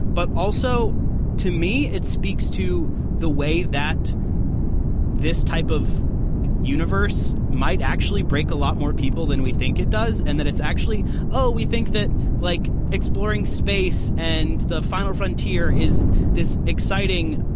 but also to me, it speaks to the way that this type of universe might actually break a lot more people than we think it does and that it's actually oh, we think that like exploring space and the final frontier is this exciting,